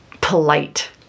polite